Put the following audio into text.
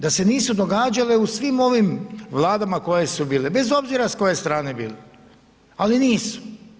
Da se nisu događale u svim ovim vladama koje su bile, bez obzira s koje strane bili, ali nisu.